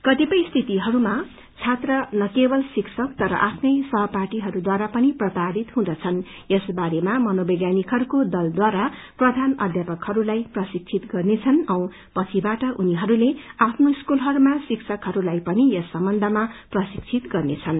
कतिपय स्थितिहरूमा छात्र न केवल शिक्षक तर आफ्नै सहपाठीहरूद्वारा पनि प्रताड़ित हुँदछन् यस बारेमा मनोवैज्ञानिकहरूको दलद्वारा प्रधान अध्यापकहरूलाई प्रशिक्षित गर्नेछन् औ पछिबाट उहाँहस्ले आफ्नो स्कूलहरूमा शिक्षकहस्लाई पनि यस सम्बन्धमा प्रशिक्षित गर्नेछन्